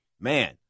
man